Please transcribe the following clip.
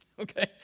Okay